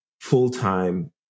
full-time